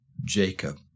Jacob